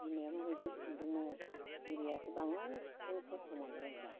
बिमाया मा बायदि खांदोंमोन बिबैयासो बांसिन खस्थ' मोनबाय आं दा